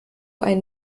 ein